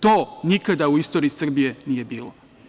To nikada u istoriji Srbije nije bilo.